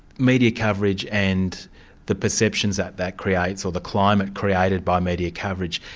media coverage and the perceptions that that creates, or the climate created by media coverage,